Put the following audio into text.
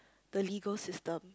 the legal system